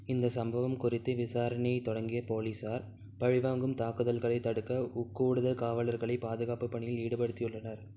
இந்த சம்பவம் குறித்து விசாரணையை தொடங்கிய போலீசார் பழிவாங்கும் தாக்குதல்களை தடுக்க கூடுதல் காவலர்களை பாதுகாப்புப் பணியில் ஈடுபடுத்தியுள்ளனர்